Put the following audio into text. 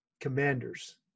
commanders